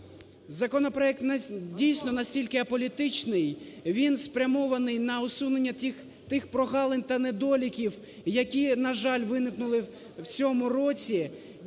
Законопроект дійсно настільки аполітичний, він спрямований на усунення них прогалин та недоліків, які, на жаль, виникнули в цьому році.